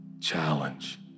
challenge